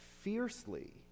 fiercely